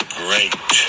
great